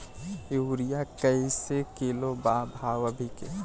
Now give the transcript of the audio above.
Urea कइसे kilo बा भाव अभी के?